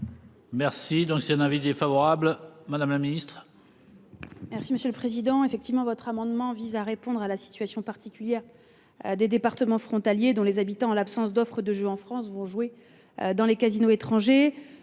Merci. Donc c'est un avis défavorable, madame la Ministre. Merci Monsieur le Président effectivement votre amendement vise à répondre à la situation particulière. Des départements frontaliers dont les habitants en l'absence d'offre de jeux en France vont jouer dans les casinos étrangers.